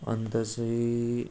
अन्त चाहिँ